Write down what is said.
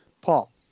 Paul